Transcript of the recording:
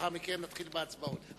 לאחר מכן נתחיל בהצבעות.